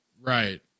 right